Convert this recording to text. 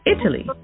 Italy